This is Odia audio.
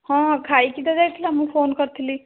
ହଁ ହଁ ଖାଇକି ତ ଯାଇଥିଲା ମୁଁ ଫୋନ କରିଥିଲି